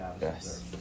Yes